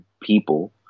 people